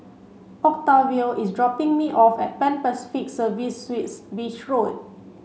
octavio is dropping me off at Pan Pacific Serviced Suites Beach Road